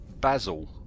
Basil